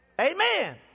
Amen